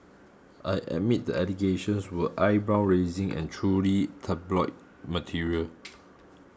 I admit the allegations were eyebrow raising and truly tabloid material